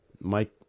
Mike